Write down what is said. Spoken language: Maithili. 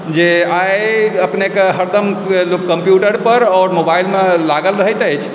जे आइ अपनेके हरदम लोक कम्प्यूटरपर आओर मोबाइलमे लागल रहैत अछि